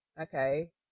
Okay